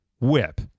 Whip